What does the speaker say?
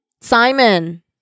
Simon